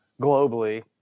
globally